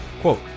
Quote